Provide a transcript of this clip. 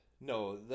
No